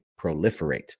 proliferate